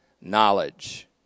knowledge